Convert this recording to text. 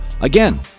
Again